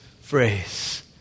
phrase